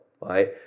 right